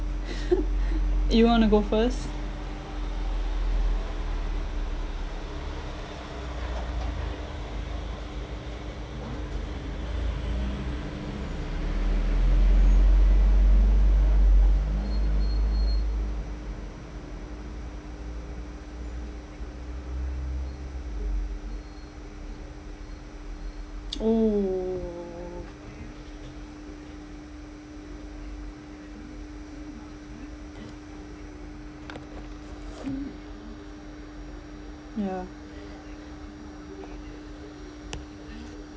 you want to go first oh yeah